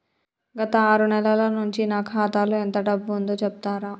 గత ఆరు నెలల నుంచి నా ఖాతా లో ఎంత డబ్బు ఉందో చెప్తరా?